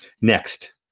next